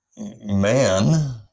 man